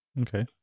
Okay